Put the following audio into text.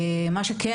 מה שכן,